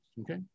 Okay